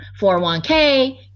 401k